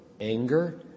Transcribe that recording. anger